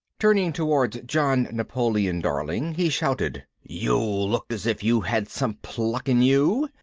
turning towards john napoleon darling he shouted you look as if you had some pluck in you!